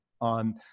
on